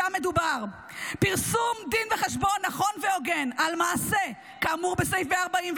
שם מדובר: "פרסום דין וחשבון נכון והוגן על מעשה כאמור בסעיף 144ב,